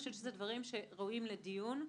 אלה דברים שראויים לדיון,